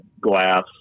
glass